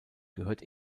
gehört